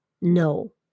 no